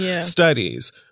studies